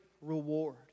reward